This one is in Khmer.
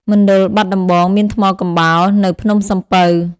មណ្ឌលបាត់ដំបង មានថ្មកំបោរ នៅភ្នំសំពៅ។